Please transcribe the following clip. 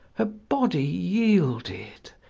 her body yielded,